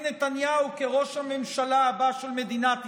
נתניהו כראש הממשלה הבא של מדינת ישראל.